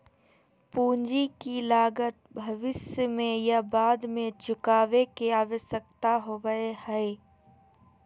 पूंजी की लागत भविष्य में या बाद में चुकावे के आवश्यकता होबय हइ